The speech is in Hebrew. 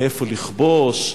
מאיפה לכבוש,